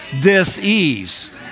Dis-ease